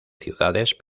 ciudades